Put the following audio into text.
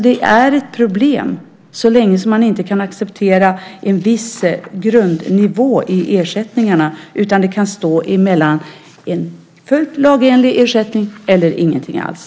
Det är ett problem så länge man inte kan acceptera en viss grundnivå på ersättningarna, utan det kan stå mellan en fullt lagenlig ersättning eller ingenting alls.